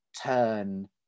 turn